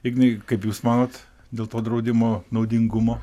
ignai kaip jūs manot dėl to draudimo naudingumo